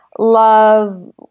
Love